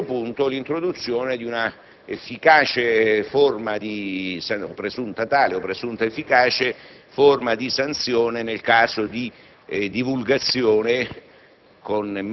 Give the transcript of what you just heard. il terzo punto è l'introduzione di una efficace o presunta efficace forma di sanzione nel caso di divulgazione